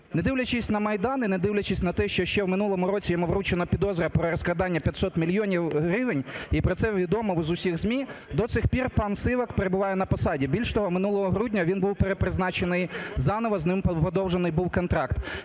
На дивлячись на Майдан і не дивлячись на те, що ще в минулому році йому вручена підозра про розкрадання 500 мільйонів гривень, і про це відомо з усіх ЗМІ, до цих пір пан Сивак перебуває на посаді. Більш того, минулого грудня він був перепризначений заново, з ним подовжений був контракт.